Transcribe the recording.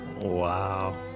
Wow